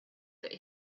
that